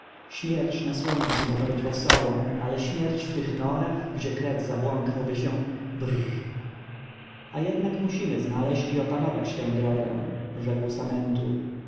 śmierć na słońcu może być wesołą ale śmierć w tych norach gdzie kret zabłąkałby się brr a jednak musimy znaleźć i opanować tę drogę rzekł samentu